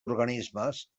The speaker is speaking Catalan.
organismes